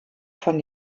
von